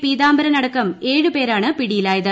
പീതാംബരൻ അടക്കം ഏഴ് പേരാണ് പിടിയിലായത്